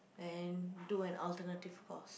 and do an alternative course